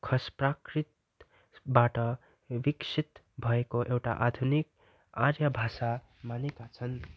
खस प्राकृतबाट विकसित भएको एउटा आधुनिक आर्य भाषा मानेका छन्